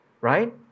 right